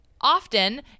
often